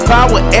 Power